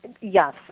yes